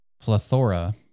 plethora